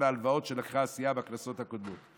ההלוואות שלקחה הסיעה בכנסות הקודמות.